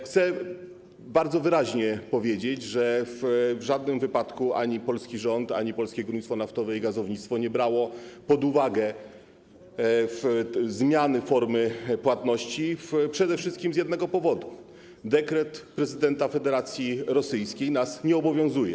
Chcę bardzo wyraźnie powiedzieć, że w żadnym wypadku ani polski rząd, ani Polskie Górnictwo Naftowe i Gazownictwo nie brały pod uwagę zmian formy płatności przede wszystkim z jednego powodu: dekret prezydenta Federacji Rosyjskiej nas nie obowiązuje.